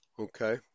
Okay